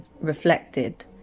reflected